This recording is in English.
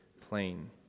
plain